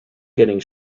getting